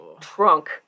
trunk